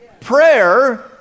Prayer